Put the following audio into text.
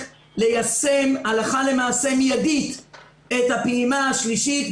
ליישם הלכה למעשה מידית את הפעימה השלישית,